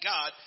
God